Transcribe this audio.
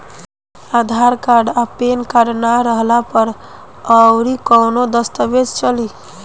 आधार card आ PAN card ना रहला पर अउरकवन दस्तावेज चली?